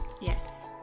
Yes